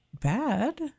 bad